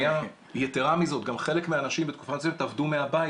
יתרה מזאת גם חלק מהאנשים בתקופה הזאת עבדו מהבית.